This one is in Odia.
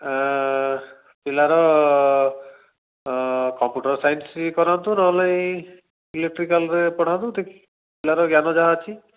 ପିଲାର କମ୍ପୁଟର୍ ସାଇନ୍ସ କରନ୍ତୁ ନହେଲେ ଏଇ ଇଲେଟ୍ରିକାଲ୍ରେ ପଢ଼ାନ୍ତୁ ପିଲାର ଜ୍ଞାନ ଯାହା ଅଛି